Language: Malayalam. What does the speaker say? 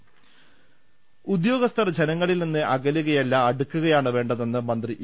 രദേഷ്ടെടു ഉദ്യോഗസ്ഥർ ജനങ്ങളിൽനിന്ന് അകലുകയല്ല അടുക്കുകയാണ് വേണ്ടതെന്ന് മന്ത്രി ഇ